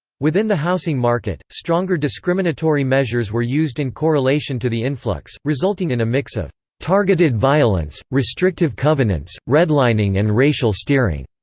within the housing market, stronger discriminatory measures were used in correlation to the influx, resulting in a mix of targeted violence, restrictive covenants, redlining and racial steering.